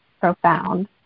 profound